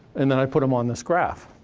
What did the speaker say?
and then, i put them on this graph.